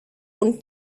und